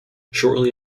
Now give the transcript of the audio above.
shortly